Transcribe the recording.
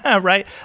right